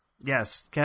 Yes